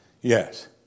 Yes